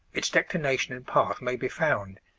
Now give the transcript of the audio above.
its declination and path may be found,